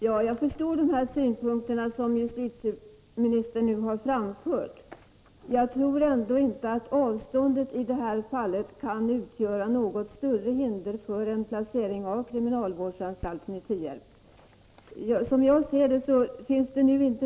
Svea hovrätt har i ett uppmärksammat mål avkunnat dom i en tvist om rätt till umgänge med barn. Fadern tillerkändes därvid umgängesrätt med sin dotter, trots att det förelåg en ännu icke behandlad polisanmälan mot fadern för sexuellt övergrepp mot dottern.